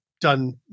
done